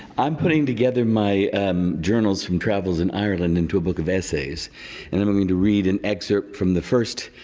i'm putting together my um journals from travels in ireland into a book of essays and i'm going to read an excerpt from the first